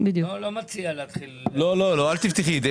אל תפתחי את זה.